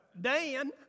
Dan